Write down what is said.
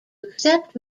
accept